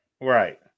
right